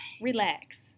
Relax